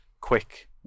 quick